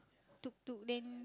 tuk-tuk then